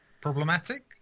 problematic